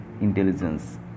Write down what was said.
intelligence